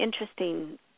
interesting